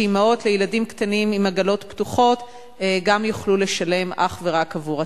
שגם אמהות לילדים קטנים עם עגלות פתוחות יוכלו לשלם אך ורק עבור עצמן.